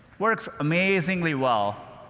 works amazingly well,